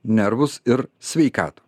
nervus ir sveikatą